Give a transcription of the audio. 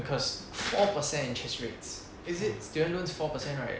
because four percent interest rates is it student loan is four percent right